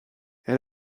elle